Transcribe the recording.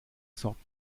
sorten